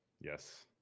Yes